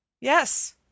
Yes